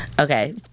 Okay